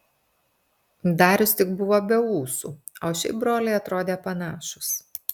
darius tik buvo be ūsų o šiaip broliai atrodė panašūs